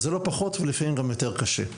זה לא פחות ולפעמים גם יותר קשה.